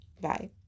Bye